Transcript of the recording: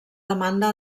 demanda